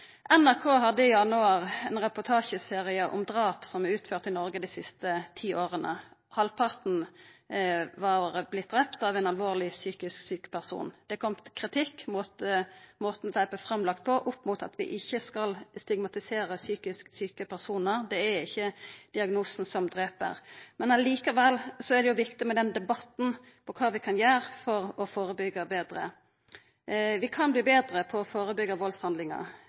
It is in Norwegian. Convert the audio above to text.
NRK hadde i januar ein reportasjeserie om drap som er utførte i Noreg dei siste ti åra. Halvparten vart drepne av ein alvorleg psykisk sjuk person. Det har kome kritikk mot måten dette vart lagt fram på, sett opp mot at vi ikkje skal stigmatisera psykisk sjuke personar. Det er ikkje diagnosen som drep. Likevel er det viktig med denne debatten om kva vi kan gjera for å førebyggja betre. Vi kan verta betre på å førebyggja valdshandlingar.